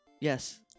Yes